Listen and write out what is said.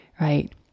Right